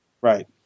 Right